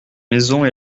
maisons